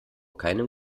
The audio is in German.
keinem